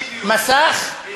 מסך עם כותרות.